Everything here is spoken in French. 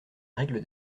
règle